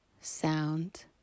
sound